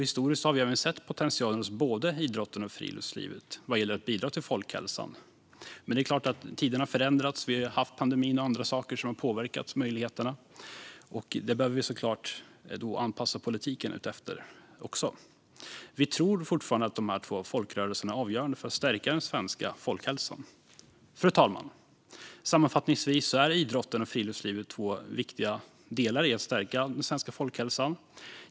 Historiskt har vi sett potentialen hos både idrotten och friluftslivet vad gäller att bidra till folkhälsan, men det är klart att tiderna förändras - pandemin och andra saker har påverkat möjligheterna, och efter det behöver vi såklart anpassa politiken. Men vi tror fortfarande att dessa två starka folkrörelser är avgörande för att stärka den svenska folkhälsan. Fru talman! Sammanfattningsvis är idrotten och friluftslivet två viktiga delar i att stärka den svenska folkhälsan.